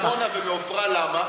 אבל פיניתם מעמונה ומעפרה, למה?